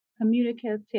communicative